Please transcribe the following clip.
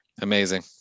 Amazing